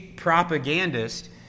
propagandist